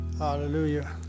Hallelujah